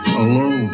alone